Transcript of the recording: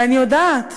ואני יודעת